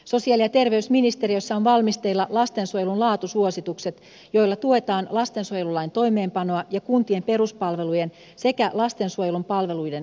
sosiaali ja terveysministeriössä ovat valmisteilla lastensuojelun laatusuositukset joilla tuetaan lastensuojelulain toimeenpanoa ja kuntien peruspalvelujen sekä lastensuojelun palveluiden kehittämistä